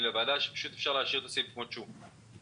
לוועדה שאפשר להשאיר את הסעיף כפי שהוא.